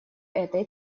этой